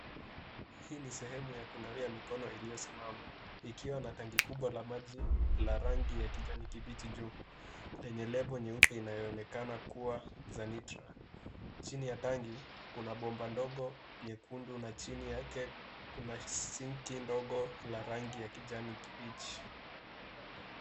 Hii ni sehemu ya kunawia mikono iliyo simama ikiwa na tanki kubwa la maji la rangi ya kijani kibichi juu lenye nembo nyeupe inayoonekana kuwa zanitra . Chini ya tanki, kuna bomba ndogo nyekundu na chini yake kuna sinki ndogo la rangi ya kijani kibichi.